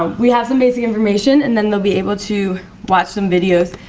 ah we have some basic information and then they'll be able to watch some videos.